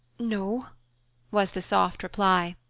no was the soft reply.